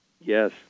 Yes